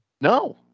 no